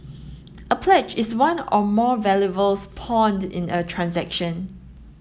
a pledge is one or more valuables pawned in a transaction